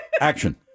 Action